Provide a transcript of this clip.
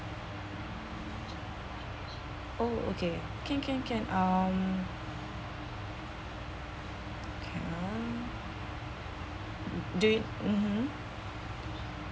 oh okay can can can um okay ah do yo~ (uh huh)